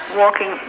walking